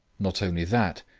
not only that,